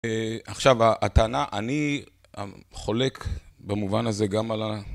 עכשיו, הטענה, אני חולק במובן הזה גם על...